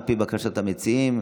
על פי בקשת המציעים,